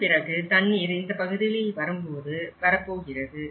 அதன் பிறகு தண்ணீர் இந்தப் பகுதிகளில் வரப்போகிறது